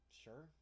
sure